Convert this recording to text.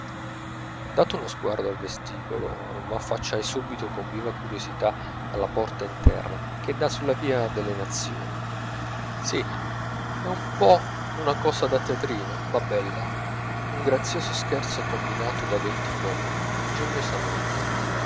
dato uno sguardo al vestibolo m'affacciai subito con viva curiosità alla porta interna che dà sulla via delle nazioni sì è un po una cosa da teatrino ma bella un grazioso scherzo combinato da venti popoli ingegnosamente mezzo